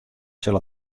sil